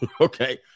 Okay